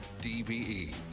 DVE